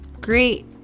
great